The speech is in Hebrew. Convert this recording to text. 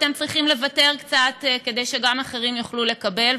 אתם צריכים לוותר קצת כדי שגם אחרים יוכלו לקבל,